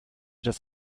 das